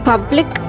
Public